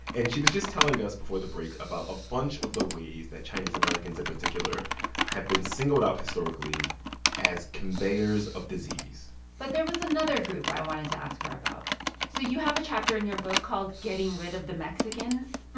and she was just telling us before the break about a bunch of the ways that chinese americans in particular have been singled out historically as conveyors of disease but there was another group i wanted to ask her about so you have a chapter in your book called getting rid of the mexicans.